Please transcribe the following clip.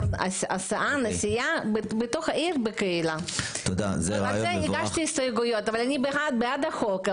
על זה הגשתי הסתייגויות, אבל אני בעד החוק.